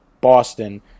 Boston